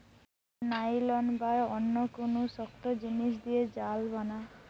nylon বা অন্য কুনু শক্ত জিনিস দিয়ে জাল বানায়